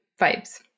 vibes